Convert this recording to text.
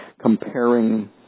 comparing